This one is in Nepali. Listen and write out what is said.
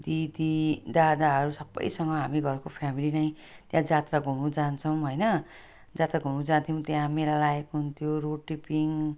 दिदी दादाहरू सबसँग हामी घरको फ्यामिली नै त्यहाँ जात्रा घुम्नु जान्छौँ होइन जात्रा घुम्नु जान्थ्यौँ त्यहाँ मेला लागेको हुन्थ्यो रोटेपिङ